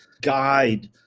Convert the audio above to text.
guide